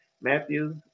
Matthew